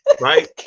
right